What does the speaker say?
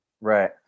Right